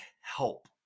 help